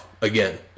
again